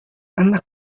anak